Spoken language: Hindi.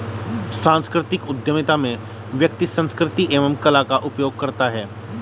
सांस्कृतिक उधमिता में व्यक्ति संस्कृति एवं कला का उपयोग करता है